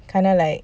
kinda like